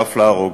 ואף להרוג.